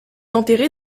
enterré